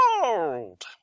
gold